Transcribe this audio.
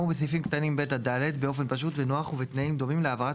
בסעיפים קטנים (ב) עד (ד) באופן פשוט ונוח ובתנאים דומים להעברת